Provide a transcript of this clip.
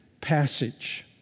passage